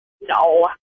No